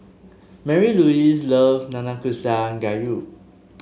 Marylouise loves Nanakusa Gayu